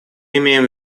имеем